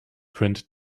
print